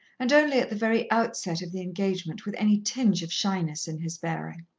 and only at the very outset of the engagement with any tinge of shyness in his bearing.